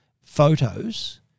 photos